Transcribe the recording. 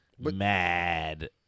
mad